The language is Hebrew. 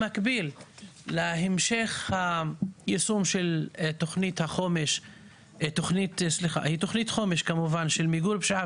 במקביל להמשך היישום של תוכנית החומש של מיגור פשיעה